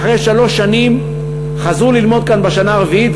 ואחרי שלוש שנים חזרו ללמוד כאן בשנה הרביעית,